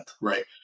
right